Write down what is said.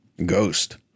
ghost